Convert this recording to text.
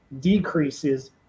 decreases